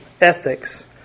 ethics